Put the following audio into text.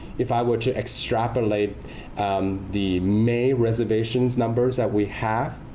if i were to extrapolate the may reservation numbers that we have